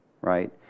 right